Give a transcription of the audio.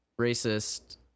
racist